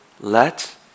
Let